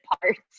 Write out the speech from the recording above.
parts